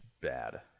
bad